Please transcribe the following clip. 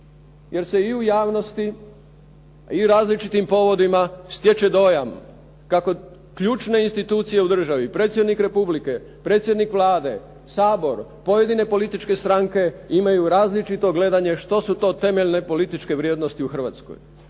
Jer se i u javnosti i različitim povodima stječe dojam kako ključne institucije u državi, predsjednik Republike, predsjednik Vlade, Sabor, pojedine političke stranke imaju različito gledanje što su to temeljne političke vrijednosti u Hrvatskoj.